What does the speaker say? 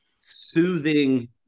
soothing